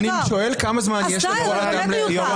אני שואל, כמה זמן יש לכל אדם לדבר?